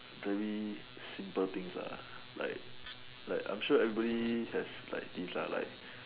very simple things lah like like I'm sure everybody has like things lah like